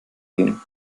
gehen